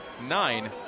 nine